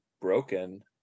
broken